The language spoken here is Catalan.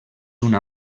una